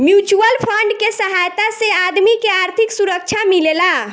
mutual fund के सहायता से आदमी के आर्थिक सुरक्षा मिलेला